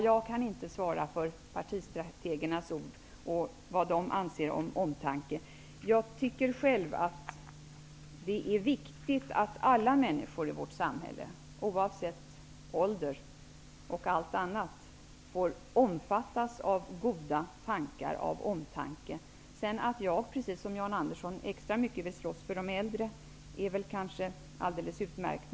Jag kan inte svara för partistrategernas ord och vad de anser om omtanke. Jag tycker själv att det är viktigt att alla människor i vårt samhälle, oavsett ålder osv., skall omfattas av begreppet omtanke. Men att jag, precis som Jan Andersson, vill slåss extra mycket för de äldre är nog alldeles utmärkt.